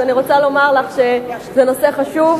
אז אני רוצה לומר לך שזה נושא חשוב,